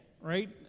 right